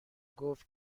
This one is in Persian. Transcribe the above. گفت